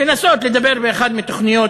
לנסות לדבר באחת מתוכניות